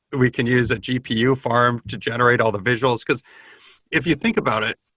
we can use a gpu farm to generate all the visuals, because if you think about it,